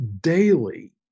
daily